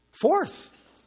fourth